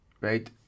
right